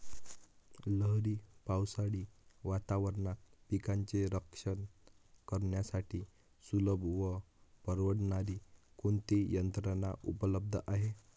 लहरी पावसाळी वातावरणात पिकांचे रक्षण करण्यासाठी सुलभ व परवडणारी कोणती यंत्रणा उपलब्ध आहे?